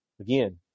Again